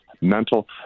mental